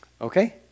Okay